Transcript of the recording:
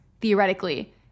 theoretically